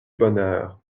bonheur